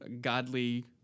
godly